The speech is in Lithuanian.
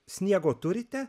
sniego turite